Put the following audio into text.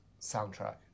soundtrack